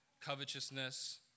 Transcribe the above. covetousness